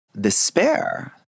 despair